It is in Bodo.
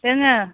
दोङो